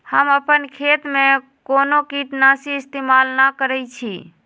हम अपन खेत में कोनो किटनाशी इस्तमाल न करई छी